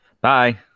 Bye